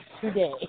today